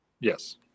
Yes